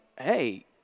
hey